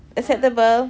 acceptable